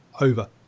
over